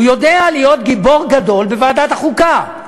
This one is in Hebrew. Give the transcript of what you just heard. הוא יודע להיות גיבור גדול בוועדת החוקה,